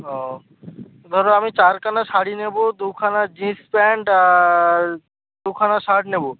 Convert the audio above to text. ও ধরো আমি চারখানা শাড়ি নেবো দু খানা জিন্স প্যান্ট আর দু খানা শার্ট নেবো